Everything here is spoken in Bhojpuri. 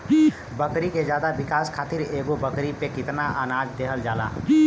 बकरी के ज्यादा विकास खातिर एगो बकरी पे कितना अनाज देहल जाला?